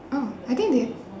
oh I think they